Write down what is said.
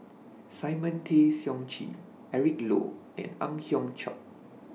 Simon Tay Seong Chee Eric Low and Ang Hiong Chiok